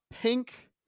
pink